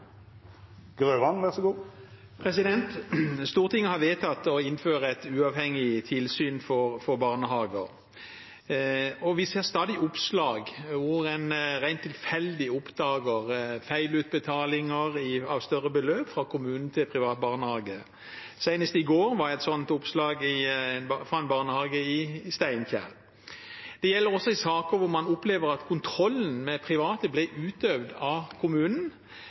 Stortinget har vedtatt å innføre et uavhengig tilsyn for barnehager. Vi ser stadig oppslag hvor en rent tilfeldig oppdager feilutbetalinger av større beløp fra kommunen til private barnehager. Senest i går var det et slikt oppslag om en barnehage i Steinkjer. Det gjelder også i saker hvor man opplever at kontrollen med private blir utøvd av kommunen,